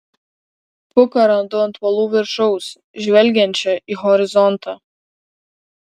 puką randu ant uolų viršaus žvelgiančią į horizontą